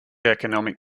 economic